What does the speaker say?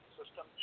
system